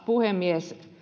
puhemies